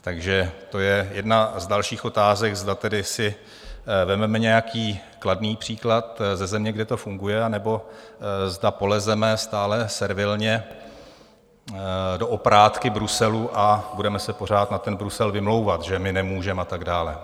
Takže to je jedna z dalších otázek, zda tedy si vezmeme nějaký kladný příklad ze země, kde to funguje, anebo zda polezeme stále servilně do oprátky Bruselu a budeme se pořád na Brusel vymlouvat, že my nemůžeme a tak dále.